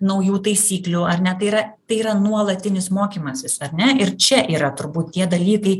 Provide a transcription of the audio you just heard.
naujų taisyklių ar ne tai yra tai yra nuolatinis mokymasis ar ne ir čia yra turbūt tie dalykai